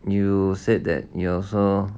you said that you also